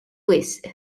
wisq